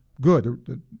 good